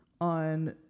on